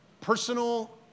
personal